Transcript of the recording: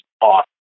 awesome